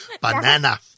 Banana